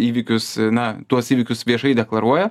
įvykius na tuos įvykius viešai deklaruoja